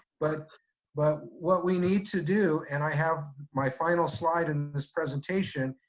but but what we need to do, and i have my final slide in this presentation,